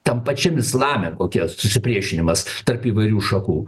tam pačiam islame kokia susipriešinimas tarp įvairių šakų